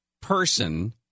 person –